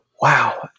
Wow